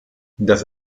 das